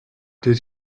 did